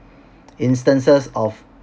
instances of